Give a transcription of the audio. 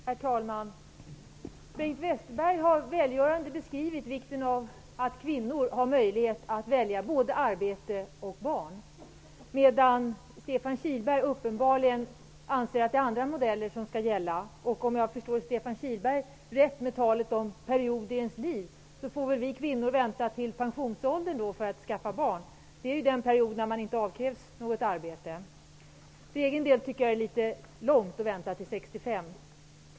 Herr talman! Bengt Westerberg har välgörande beskrivit vikten av att kvinnor har möjlighet att välja både arbete och barn, medan Stefan Kihlberg uppenbarligen anser att det är andra modeller som skall gälla. Om jag rätt förstod det Stefan Kihlberg sade om ''en period i ens liv'' får väl vi kvinnor vänta till pensionsåldern med att skaffa barn. Det är ju den period då man inte avkrävs något arbete. För egen del tycker jag att det är litet länge att behöva vänta till 65.